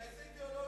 איזה אידיאולוגיה,